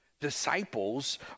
Disciples